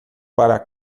para